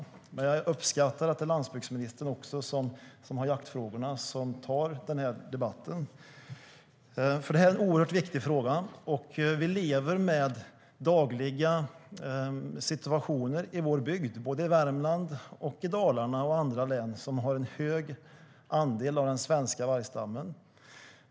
Men jag uppskattar att landsbygdsministern, som har ansvar för jaktfrågorna, tar debatten. Det är en oerhört viktig fråga. Vi lever i vår bygd med dagliga situationer - i Värmland, Dalarna och andra län som har en hög andel av den svenska vargstammen.